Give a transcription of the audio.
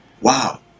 Wow